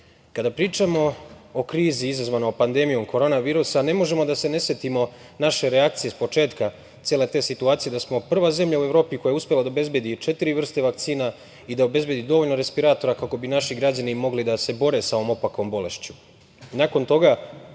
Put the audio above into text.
nas. Kada pričamo o krizi izazvanom pandemijom korona virusa, ne možemo da se ne setimo naše reakcije sa početka cele te situacije, da smo prva zemlja u Evropi koja je uspela da obezbedi četiri vrste vakcina i da obezbedi dovoljno respiratora kako bi naši građani mogli da se bore sa ovom opakom bolešću. Nakon